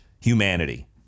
humanity